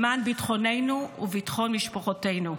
למען ביטחוננו וביטחון משפחותינו.